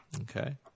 Okay